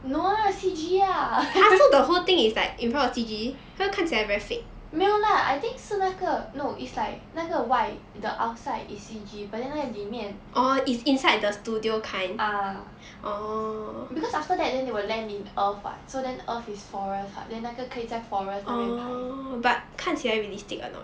no ah C_G lah 没有 lah I think 是那个 no it's like 那个外 the outside is C_G but then 那个里面 ah because after that then they will land in earth [what] so then earth is forest [what] then 那个可以在 forest 那边拍